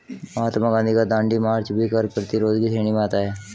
महात्मा गांधी का दांडी मार्च भी कर प्रतिरोध की श्रेणी में आता है